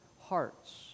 hearts